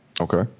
Okay